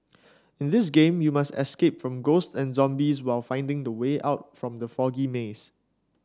in this game you must escape from ghost and zombies while finding the way out from the foggy maze